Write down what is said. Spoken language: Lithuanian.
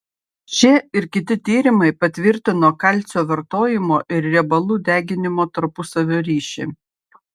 šie ir kiti tyrimai patvirtino kalcio vartojimo ir riebalų deginimo tarpusavio ryšį